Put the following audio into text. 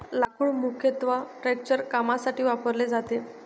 लाकूड मुख्यत्वे स्ट्रक्चरल कामांसाठी वापरले जाते